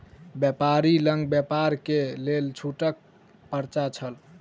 व्यापारी लग व्यापार के लेल छूटक पर्चा छल